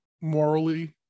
morally